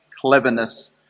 cleverness